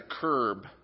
curb